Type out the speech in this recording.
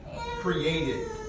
Created